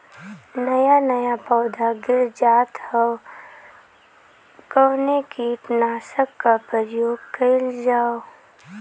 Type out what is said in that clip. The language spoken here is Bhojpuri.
नया नया पौधा गिर जात हव कवने कीट नाशक क प्रयोग कइल जाव?